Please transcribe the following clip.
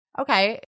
Okay